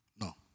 No